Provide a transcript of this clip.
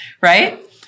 right